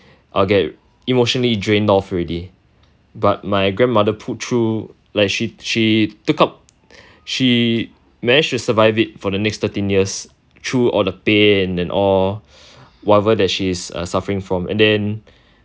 I'll get emotionally drained off already but my grandmother pull through like she she took up she managed to survive it for the next thirteen years through all the pain and all whatever that she is uh suffering from and then